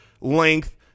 length